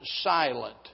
silent